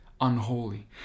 unholy